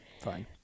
Fine